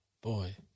Boy